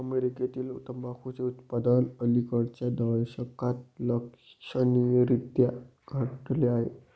अमेरीकेतील तंबाखूचे उत्पादन अलिकडच्या दशकात लक्षणीयरीत्या घटले आहे